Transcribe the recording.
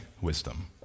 wisdom